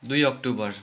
दुई अक्टोबर